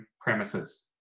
premises